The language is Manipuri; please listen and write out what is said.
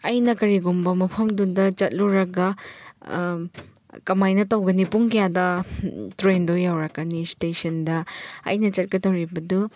ꯑꯩꯅ ꯀꯔꯤꯒꯨꯝꯕ ꯃꯐꯝꯗꯨꯗ ꯆꯠꯂꯨꯔꯒ ꯀꯃꯥꯏꯅ ꯇꯧꯒꯅꯤ ꯄꯨꯡ ꯀꯌꯥꯗ ꯇ꯭ꯔꯦꯟꯗꯨ ꯌꯧꯔꯛꯀꯅꯤ ꯏꯁꯇꯦꯁꯟꯗ ꯑꯩꯅ ꯆꯠꯀꯗꯧꯔꯤꯕꯗꯨ